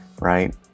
right